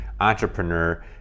entrepreneur